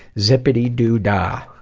zippedy-doo-dah.